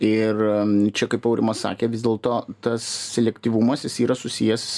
ir čia kaip aurimas sakė vis dėlto tas selektyvumas jis yra susijęs